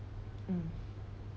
mm